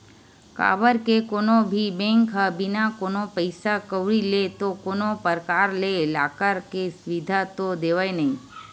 काबर के कोनो भी बेंक ह बिना कोनो पइसा कउड़ी ले तो कोनो परकार ले लॉकर के सुबिधा तो देवय नइ